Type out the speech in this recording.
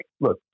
look